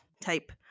type